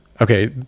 okay